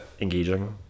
engaging